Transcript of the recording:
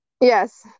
Yes